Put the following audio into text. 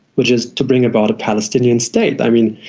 which is to bring about a palestinian state. i mean,